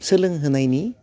सोलोंहोनायनि